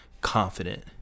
confident